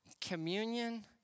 communion